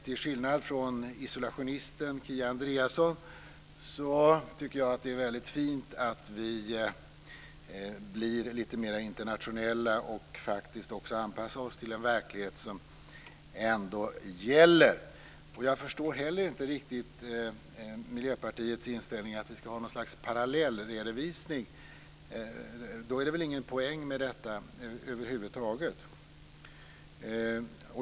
Till skillnad från isolationisten Kia Andreasson tycker jag att det är väldigt fint att vi blir lite mer internationella och faktiskt också anpassar oss till den verklighet som ändå gäller. Jag förstår inte riktigt Miljöpartiets inställning att vi ska ha ett slags parallellredovisning. Då är det väl ingen poäng med detta över huvud taget.